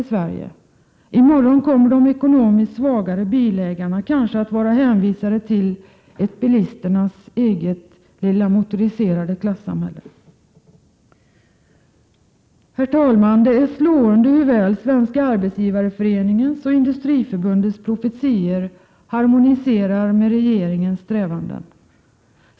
I morgon kommer de ekonomiskt svagare bilägarna kanske att vara hänvisade till ett bilisternas eget lilla motoriserade klassamhälle. Herr talman! Det är slående hur väl Svenska arbetsgivareföreningens och Industriförbundets ”profetior” harmoniserar med regeringens strävanden.